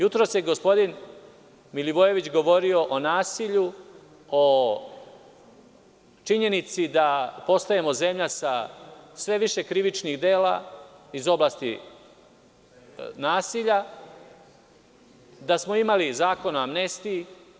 Jutros je gospodin Milivojević govorio o nasilju, o činjenici da postajemo zemlja sa sve više krivičnih dela iz oblasti nasilja, da smo imali Zakon o amnestiji.